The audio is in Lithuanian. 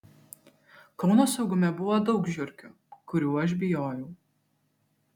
kauno saugume buvo daug žiurkių kurių aš bijojau